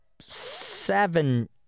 seven